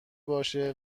باشه